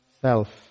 self